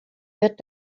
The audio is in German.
wird